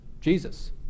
Jesus